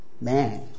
man